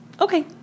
Okay